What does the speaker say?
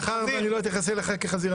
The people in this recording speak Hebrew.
מאחר שאני לא אתייחס אליך כחזיר,